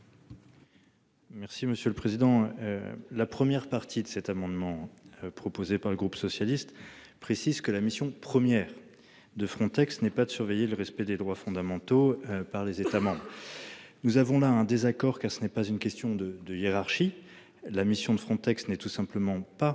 monsieur le président. La première partie de cet amendement proposé par le groupe socialiste précise que la mission première. De Frontex n'est pas de surveiller le respect des droits fondamentaux par les États. Nous avons là un désaccord cas ce n'est pas une question de de hiérarchie. La mission de Frontex n'est tout simplement pas